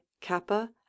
kappa